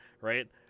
right